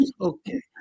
Okay